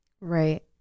Right